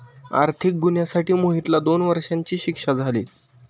आर्थिक गुन्ह्यासाठी मोहितला दोन वर्षांची शिक्षा झाली